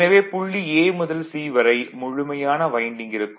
எனவே புள்ளி A முதல் C வரை முழுமையான வைண்டிங் இருக்கும்